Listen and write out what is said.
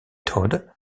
todd